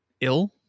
ill